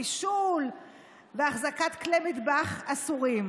בישול והחזקת כלי מטבח אסורים.